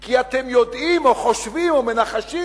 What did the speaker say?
כי אתם יודעים או חושבים או מנחשים,